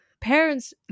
parents